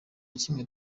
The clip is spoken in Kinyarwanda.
kimwe